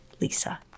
Lisa